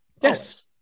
Yes